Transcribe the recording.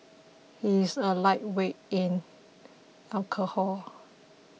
he is a lightweight in alcohol